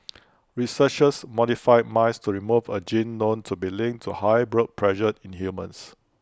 researchers modified mice to remove A gene known to be linked to high blood pressure in humans